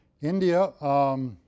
India